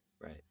Right